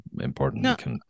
important